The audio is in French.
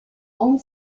han